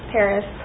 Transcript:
Paris